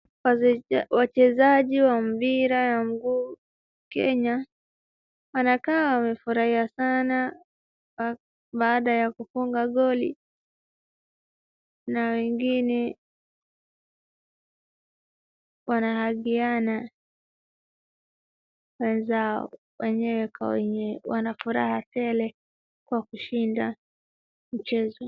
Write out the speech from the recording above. Wachezaji wa mpira ya mguu Kenya, wanakaa wamefurahia sana baada ya kufunga goli, na wengine wanakumbatiana wenyewe kwa wenyewe. Wana furaha tele kwa kushinda mchezo.